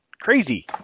crazy